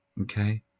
okay